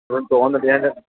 ഒന്നും തോന്നല്ല് ഞാൻ